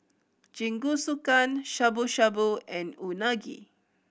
Jingisukan Shabu Shabu and Unagi